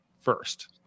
first